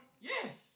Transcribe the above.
Yes